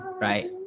right